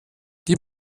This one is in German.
gib